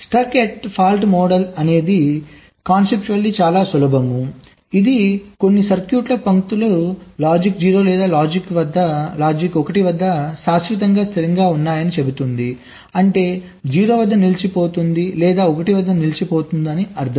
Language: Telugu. స్టక్ ఎట్ ఫాల్ట్ మోడల్ అనేది సంభావితంగా చాలా సులభం ఇది కొన్ని సర్క్యూట్ పంక్తులు లాజిక్ 0 లేదా లాజిక్ 1 వద్ద శాశ్వతంగా స్థిరంగా ఉన్నాయని చెప్తుంది అంటే 0 వద్ద నిలిచిపోతుంది లేదా 1 వద్ద నిలిచిపోతుంది అని అర్థం